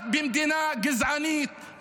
רק במדינה גזענית,